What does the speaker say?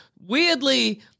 Weirdly